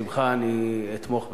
בשמחה אני אתמוך בכך.